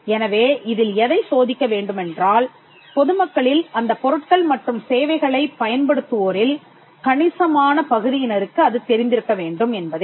எனவே இதில் எதை சோதிக்க வேண்டுமென்றால் பொது மக்களில் அந்தப் பொருட்கள் மற்றும் சேவைகளைப் பயன்படுத்துவோரில் கணிசமான பகுதியினருக்கு அது தெரிந்திருக்க வேண்டும் என்பதே